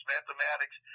Mathematics